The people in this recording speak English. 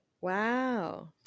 wow